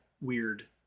weird